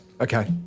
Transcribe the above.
Okay